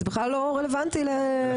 זה בכלל לא רלוונטי לפוליטיקאים.